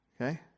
Okay